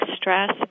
stress